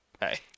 Hey